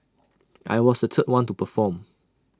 I was the third one to perform